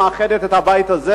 שמאחדת את הבית הזה,